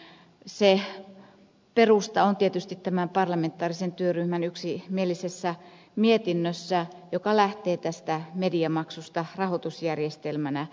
se perusta on tietysti tämän parlamentaarisen työryhmän yksimielisessä mietinnössä joka lähtee tästä mediamaksusta rahoitusjärjestelmänä